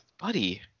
Buddy